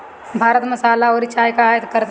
भारत मसाला अउरी चाय कअ आयत करत बाटे